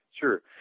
Sure